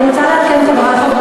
אני רוצה לעדכן,